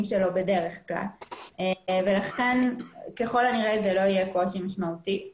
שלו בדרך כלל ולכן ככל הנראה לדעתנו זה לא יהיה קושי משמעותנו.